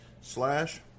Slash